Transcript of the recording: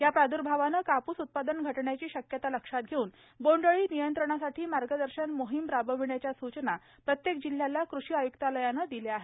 ह्या प्रादुर्भावाने कापूस उत्पादन घटण्याची शक्यता लक्षात घेऊन बोंडअळी नियंत्रणासाठी मार्गदर्शन मोहीम राबविण्याच्या सूचना प्रत्येक जिल्ह्याला कृषी आयुक्तालयानं दिल्या आहेत